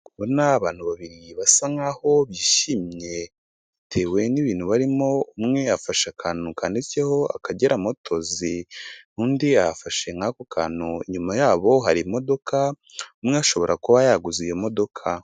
Abo nabantu babiri basa nkaho bishimye bitewe n'ibintu barimo umwe afashe akantu kanditseho akagera motozi undi yafashe ako kantu nyuma ya hari imodoka umwe ashobora kuba yaguze iyo modoka.